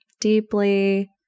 deeply